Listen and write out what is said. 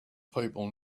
people